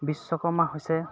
বিশ্বকৰ্মা হৈছে